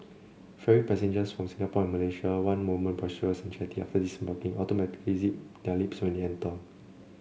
ferry passengers from Singapore and Malaysia one moment boisterous and chatty after disembarking automatically zip their lips when they enter